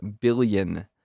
billion